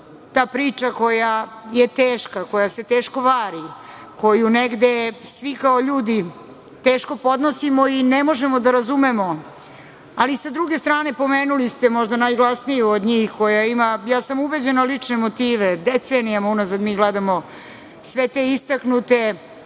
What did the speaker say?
ta priča koja je teška, koja se teško vari, koju svi kao ljudi teško podnosimo i ne možemo da razumemo. Ali, sa druge strane, pomenuli ste možda najglasniju od njih koja ima, ja sam ubeđena, lične motive. Decenijama unazad mi gledamo sve te istaknute